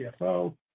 CFO